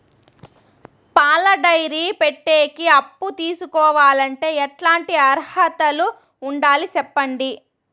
పాల డైరీ పెట్టేకి అప్పు తీసుకోవాలంటే ఎట్లాంటి అర్హతలు ఉండాలి సెప్పండి?